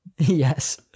Yes